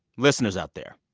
listeners out there,